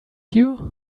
you